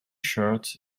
shirt